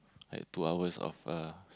like two hours of uh